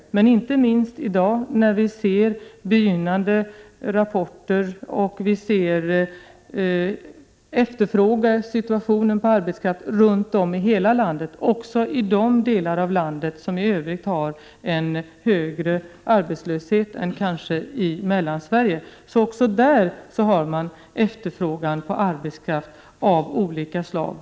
Det gäller inte minst i dag, när vi får rapporter om efterfrågan på arbetskraft runt om i hela landet. Också i de delar av landet där det i övrigt råder högre arbetslöshet än i Mellansverige har man efterfrågan på arbetskraft av olika slag.